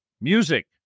music